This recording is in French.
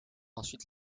ensuite